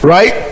Right